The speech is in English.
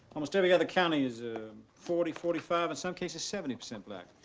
almost every other county is ah forty, forty five, in some cases, seventy percent black.